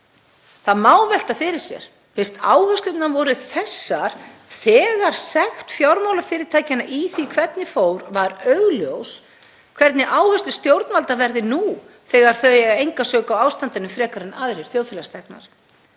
Það má velta fyrir sér að fyrst áherslurnar voru þessar þegar sekt fjármálafyrirtækjanna í því hvernig fór var augljós, hverjar áherslur stjórnvalda verði nú þegar þau eiga enga sök á ástandinu frekar en aðrir þjóðfélagsþegnar.